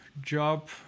job